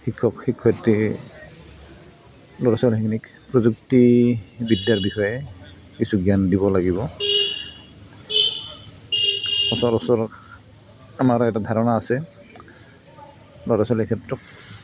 শিক্ষক শিক্ষয়ত্ৰী ল'ৰা ছোৱালীখিনিক প্ৰযুক্তিবিদ্যাৰ বিষয়ে কিছু জ্ঞান দিব লাগিব সচৰাচৰ আমাৰ এটা ধাৰণা আছে ল'ৰা ছোৱালীৰ ক্ষেত্ৰত